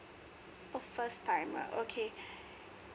oh first timer okay